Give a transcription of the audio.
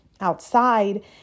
outside